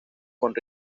con